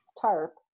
tarp